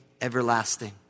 everlasting